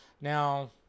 now